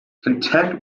content